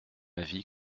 avis